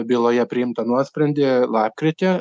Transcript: byloje priimtą nuosprendį lapkritį